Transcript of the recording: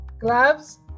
Gloves